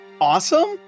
awesome